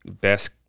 best